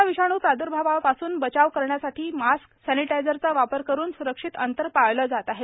कोरोनाविषाणू प्रादुर्भावापासून बचाव करण्यासाठी मास्क सॅनिटायझरचा वापर करून सुरक्षित अंतर पाळलं जात आहे